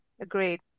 Agreed